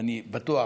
ואני בטוח,